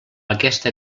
aquesta